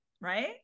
right